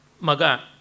Maga